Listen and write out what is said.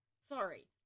Sorry